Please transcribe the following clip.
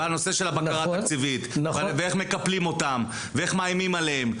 ואיך מקפלים אותם, ואיך מאיימים עליהם.